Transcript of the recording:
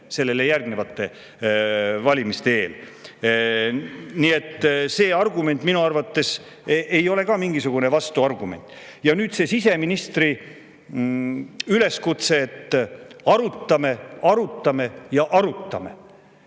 sellele järgnevate valimiste eel. Nii et see argument minu arvates ei ole ka mingisugune vastuargument. Nüüd see siseministri üleskutse, et arutame, arutame ja arutame.